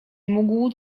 mógł